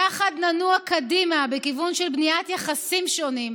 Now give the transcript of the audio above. יחד ננוע קדימה בכיוון של בניית יחסים שונים,